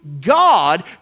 God